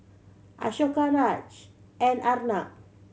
Ashoka Raj and Arnab